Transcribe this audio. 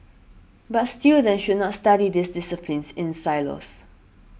but students should not study these disciplines in silos